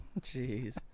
Jeez